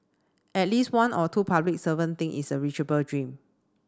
at least one or two public servants think it's a reachable dream